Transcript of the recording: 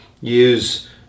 use